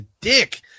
dick